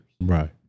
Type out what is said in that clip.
Right